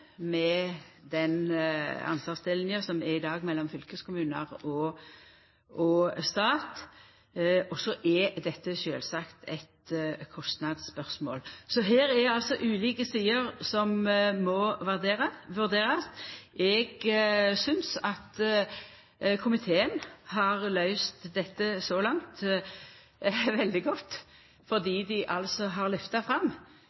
med den ansvarsdelinga som er i dag mellom fylkeskommunar og stat. Og så er dette sjølvsagt eit kostnadsspørsmål. Her er det altså ulike sider som må vurderast. Eg synest at komiteen har løyst dette veldig godt så langt, fordi dei altså har lyfta fram